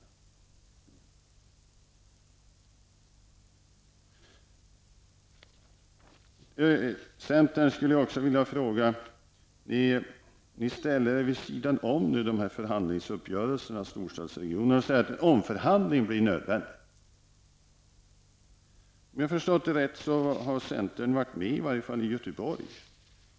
Till centern skulle jag också vilja säga: Ni ställer er vid sidan om förhandlingsuppgörelserna i storstadsregionerna och säger att omförhandling blir nödvändig. Om jag har förstått det rätt har centern varit med, i varje fall i Göteborg.